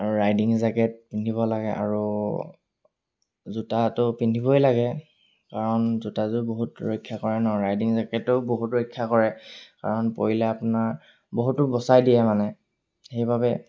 আৰু riding jacket পিন্ধিব লাগে আৰু জোতাটো পিন্ধিবই লাগে কাৰণ জোতাযোৰ বহুত ৰক্ষা কৰে ন ৰাইডিং জেকেটেও বহুতো ৰক্ষা কৰে কাৰণ পৰিলে আপোনাৰ বহুতো বচাই দিয়ে মানে সেইবাবে